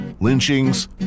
lynchings